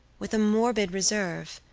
with a morbid reserve,